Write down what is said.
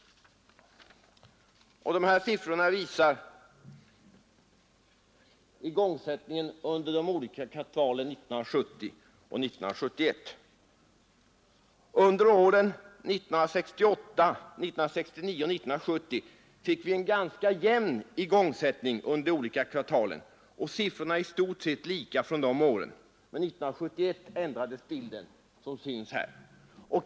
De här siffrorna visar igångsättningen under de olika kvartalen 1970 och 1971. Under åren 1968, 1969 och 1970 fick vi en ganska jämn igångsättning under de olika kvartalen, och siffrorna är i stort sett lika från de åren. År 1971 ändrades bilden, som synes här.